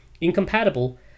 incompatible